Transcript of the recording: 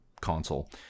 console